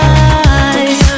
eyes